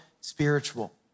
spiritual